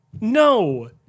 no